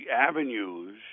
avenues